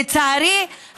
לצערי,